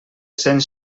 cent